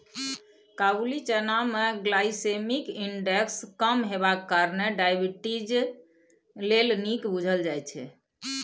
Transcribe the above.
काबुली चना मे glycaemic index कम हेबाक कारणेँ डायबिटीज लेल नीक बुझल जाइ छै